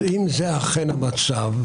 אם זה אכן המצב,